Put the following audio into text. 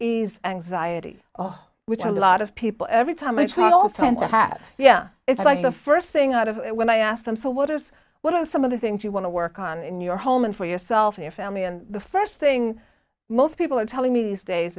ease anxiety which a lot of people every time i try also tend to have yeah it's like the first thing out of it when i asked them so waters what are some of the things you want to work on in your home and for yourself and your family and the first thing most people are telling me these days